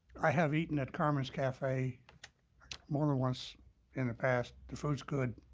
i have eaten at carmen's cafe more than once in the past. the food is good,